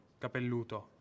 Capelluto